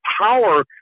power